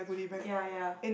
ya ya